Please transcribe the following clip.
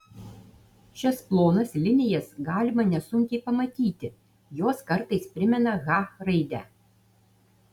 šias plonas linijas galima nesunkiai pamatyti jos kartais primena h raidę